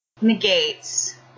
negates